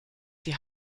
die